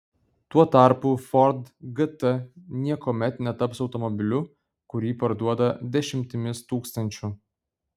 tuo tarpu ford gt niekuomet netaps automobiliu kurį parduoda dešimtimis tūkstančių